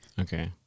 Okay